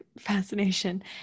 fascination